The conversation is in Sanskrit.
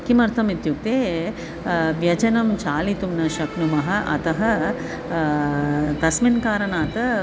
किमर्थम् इत्युक्ते व्यजनं चालितुं न शक्नुमः अतः तस्मिन् कारणात्